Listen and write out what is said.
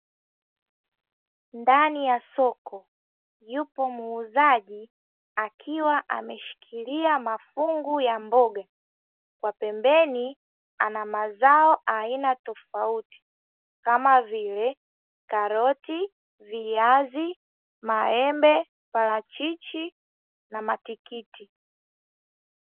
Ndani ya soko yupo muuzaji akiwa ameshikilia mafungu ya mboga kwa pembeni ana mazao aina tofauti kama vile karoti, viazi, maembe, parachichi na matikiti.